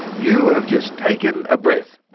you have just taken a breath!